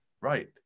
Right